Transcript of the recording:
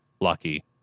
lucky